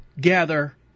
gather